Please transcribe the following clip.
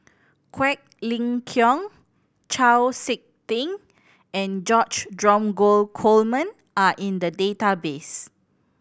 Quek Ling Kiong Chau Sik Ting and George Dromgold Coleman are in the database